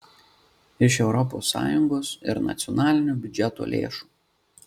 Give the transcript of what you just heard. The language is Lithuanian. iš europos sąjungos ir nacionalinio biudžeto lėšų